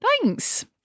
Thanks